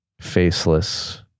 faceless